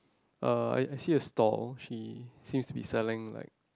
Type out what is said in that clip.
uh I I see a stall she seems to be selling like